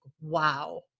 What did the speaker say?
wow